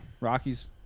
Rockies